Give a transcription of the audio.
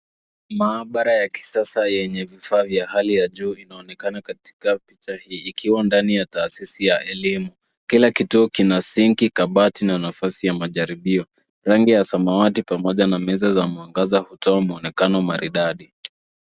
Maabara ya kisasa yenye vifaa vya hali ya juu inaonekana katika picha hii ikiwa ndani ya taasisi ya elimu. Kila kituo kina sinki , kabati na nafasi ya majaribio. Rangi ya samawati pamoja na meza za mwangaza hutoa mwonekano maridai.